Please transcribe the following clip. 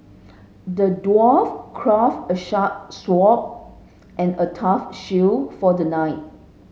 the dwarf crafted a sharp sword and a tough shield for the knight